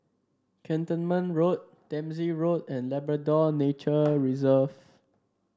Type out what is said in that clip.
Cantonment Road Dempsey Road and Labrador Nature Reserve